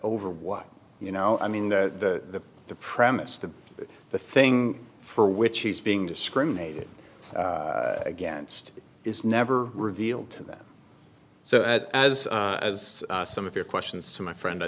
over what you know i mean that the premise that the thing for which he's being discriminated against is never revealed to them so as as as some of your questions to my friend i